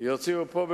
יוציאו פה,